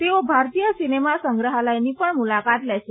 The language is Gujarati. તેઓ ભારતીય સિનેમા સંગ્રહાલયની પણ મુલાકાત લેશે